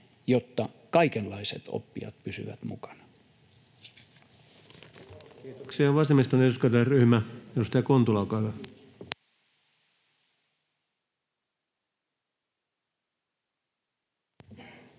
jotta kaikenlaiset oppijat pysyvät mukana. Kiitoksia. — Vasemmiston eduskuntaryhmä, edustaja Kontula, olkaa hyvä. Arvoisa